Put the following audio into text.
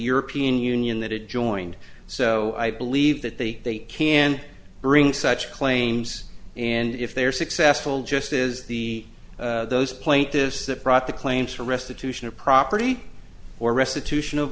european union that it joined so i believe that they can bring such claims and if they are successful just is the those plate this that brought the claims for restitution of property or restitution